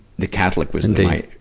the catholic was the,